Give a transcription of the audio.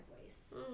voice